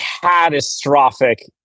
catastrophic